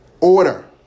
order